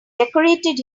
decorated